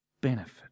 benefit